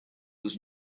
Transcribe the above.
was